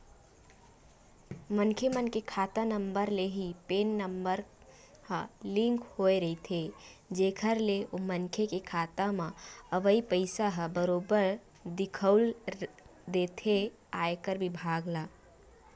मनखे मन के खाता नंबर ले ही पेन नंबर ह लिंक होय रहिथे जेखर ले ओ मनखे के खाता म अवई पइसा ह बरोबर दिखउल देथे आयकर बिभाग ल